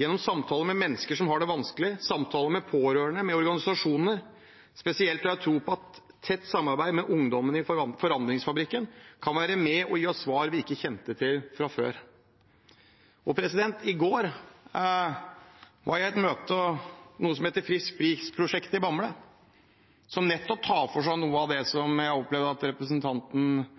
gjennom samtaler med mennesker som har det vanskelig, samtaler med pårørende, med organisasjonene. Spesielt har jeg tro på at tett samarbeid med ungdommene i Forandringsfabrikken kan være med og gi oss svar vi ikke kjente til fra før. I går var jeg i et møte ved noe som heter Frisk Bris-prosjektet i Bamble, som nettopp tar for seg noe av det jeg opplevde at også representanten